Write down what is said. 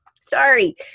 sorry